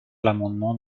l’amendement